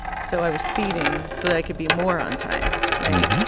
so i was speeding so that i could be more on time, right?